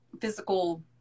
physical